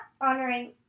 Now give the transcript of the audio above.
honoring